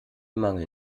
mangel